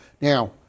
Now